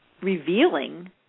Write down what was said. revealing